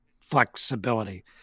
flexibility